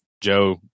Joe